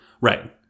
Right